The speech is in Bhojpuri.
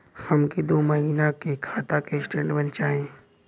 हमके दो महीना के खाता के स्टेटमेंट चाही?